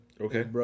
Okay